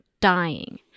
dying